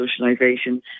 socialisation